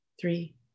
three